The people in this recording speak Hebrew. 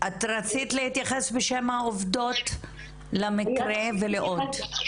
את רצית להתייחס בשם העובדות למקרה ולעוד.